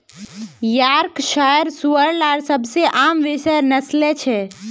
Yorkshire सूअर लार सबसे आम विषय नस्लें छ